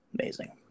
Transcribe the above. amazing